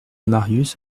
marius